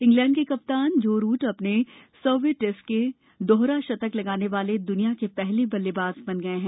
England के कप्तान Joe Root अपने सौवें टैस्ट में दोहरा शतक लगाने वाले द्निया के पहले बल्लेबाज बन गए हैं